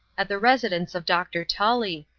at the residence of dr. tully,